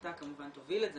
אתה כמובן תוביל את זה,